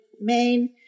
main